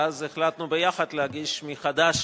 ואז החלטנו ביחד להגיש מחדש